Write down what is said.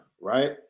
right